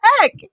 heck